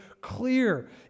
clear